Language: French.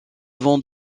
vent